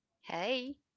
hey